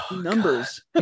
numbers